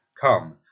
Come